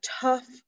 tough